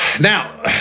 Now